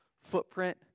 footprint